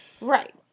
Right